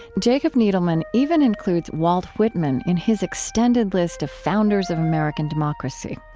jacob needleman even includes walt whitman in his extended list of founders of american democracy.